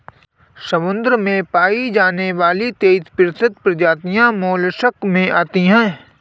समुद्र में पाई जाने वाली तेइस प्रतिशत प्रजातियां मोलस्क में आती है